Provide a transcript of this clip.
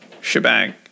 shebang